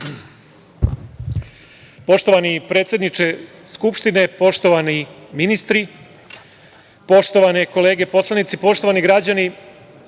Poštovani predsedniče Skupštine, poštovani ministri, poštovane kolege poslanici, poštovani građani,